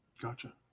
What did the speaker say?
Gotcha